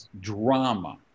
drama